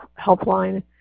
helpline